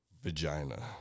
vagina